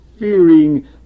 fearing